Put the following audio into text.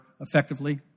effectively